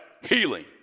healing